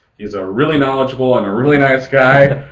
he's a really knowledgeable and a really nice guy.